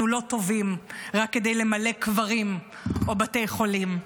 אנחנו לא טובים רק כדי למלא קברים או בתי חולים,